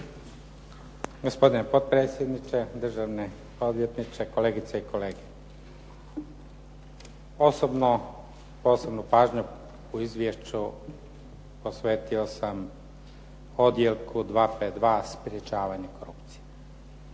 Gospodine potpredsjedniče, državni odvjetniče, kolegice i kolege. Osobno posebnu pažnju u Izvješću posvetio sam Odjeljku 252 - Sprječavanje korupcije.